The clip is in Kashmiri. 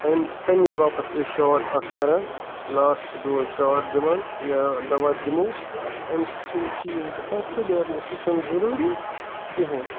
اَمہِ تَمے باپَتھ چھِ أسۍ شارٹ اَتھ کَران لاسٹہٕ ڈوز شارٹ دِوان یا دَوا دِمہوس اَمہِ سۭتۍ چھِ یِم چیٖز گَژھان کٕلیرنیٚس یہِ چھُنہٕ ضروٗری کِہیٖنۍ